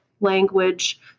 language